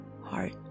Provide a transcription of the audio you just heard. heart